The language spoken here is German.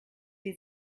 sie